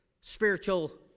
spiritual